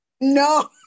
No